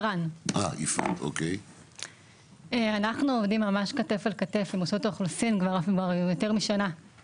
אנחנו עובדים ממש כתף אל כתף עם רשות האוכלוסין כבר יותר משנה,